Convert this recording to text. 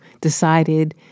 decided